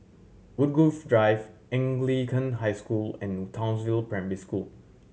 Woodgrove View Anglican High School and Townsville Primary School